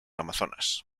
amazonas